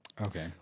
Okay